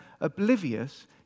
oblivious